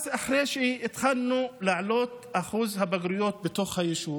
אחרי שהתחלנו להעלות את אחוז הבגרויות בתוך היישוב,